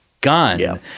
gun